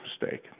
mistake